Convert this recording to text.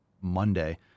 Monday